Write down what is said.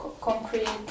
concrete